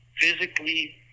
physically